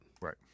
Right